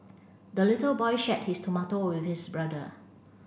the little boy shared his tomato with his brother